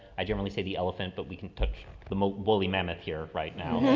i generally say the elephant, but we can touch the wooly mammoth here right now.